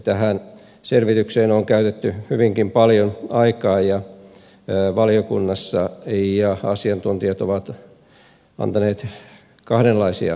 tähän selvitykseen on käytetty hyvinkin paljon aikaa valiokunnassa ja asiantuntijat ovat antaneet kahdenlaisia näkökohtia